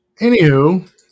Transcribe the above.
Anywho